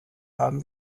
haben